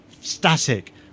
static